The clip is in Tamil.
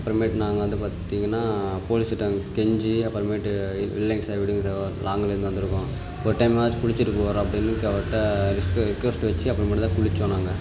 அப்புறமேட்டு நாங்கள் வந்து பார்த்தீங்கன்னா போலீஸ் கிட்டே கெஞ்சி அப்புறமேட்டு இல்லைங்க சார் விடுங்கள் சார் லாங்கில் இருந்து வந்திருக்கோம் ஒரு டைமாச்சும் குளிச்சுட்டு போகிறோம் அப்படின்னு அவர்கிட்ட ரிக்வர் ரிக்வஸ்ட் வச்சு அப்புறமேட்டு தான் குளித்தோம் நாங்கள்